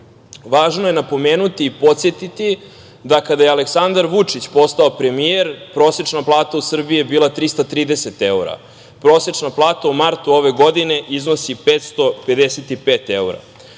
Važno je napomenuti i podsetiti, da kada je Aleksandar Vučić, postao premijer, prosečna plata je bila 330 evra, a prosečna plata u martu ove godine je 555 evra. Sve